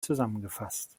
zusammengefasst